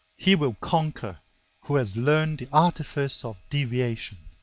he will conquer who has learnt the artifice of deviation.